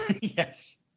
Yes